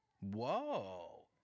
Whoa